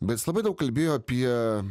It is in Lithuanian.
bet jis labai daug kalbėjo apie